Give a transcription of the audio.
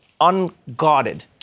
Unguarded